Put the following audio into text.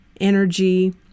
energy